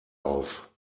auf